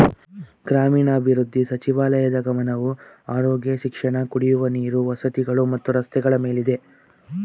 ಗ್ರಾಮೀಣಾಭಿವೃದ್ಧಿ ಸಚಿವಾಲಯದ್ ಗಮನವು ಆರೋಗ್ಯ ಶಿಕ್ಷಣ ಕುಡಿಯುವ ನೀರು ವಸತಿಗಳು ಮತ್ತು ರಸ್ತೆಗಳ ಮೇಲಿದೆ